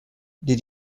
did